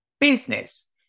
business